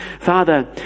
father